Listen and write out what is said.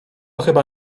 chyba